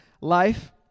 life